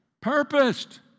Purposed